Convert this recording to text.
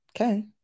okay